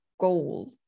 goal